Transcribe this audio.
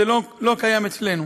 זה לא קיים אצלנו.